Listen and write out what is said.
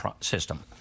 system